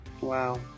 Wow